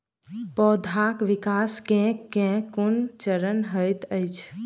पौधाक विकास केँ केँ कुन चरण हएत अछि?